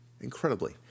incredibly